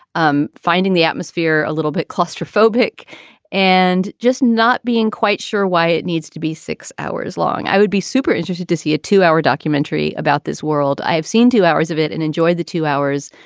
um finding the atmosphere a little bit claustrophobic and just not being quite sure why it needs to be six hours long. i would be super interested to see a two hour documentary about this world. i've seen two hours of it and enjoyed the two hours.